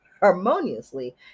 harmoniously